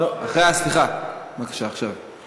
סליחה, בבקשה, עכשיו.